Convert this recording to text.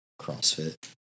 crossfit